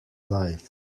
life